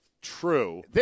True